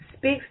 speaks